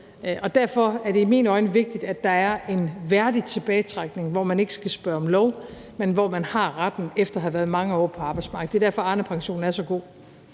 derfor er det i mine øjne vigtigt, at der er en værdig tilbagetrækning, hvor man ikke skal spørge om lov, men hvor man har retten efter at have været mange år på arbejdsmarkedet. Det er derfor, Arnepensionen er så god.